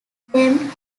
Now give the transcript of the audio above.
themed